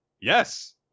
yes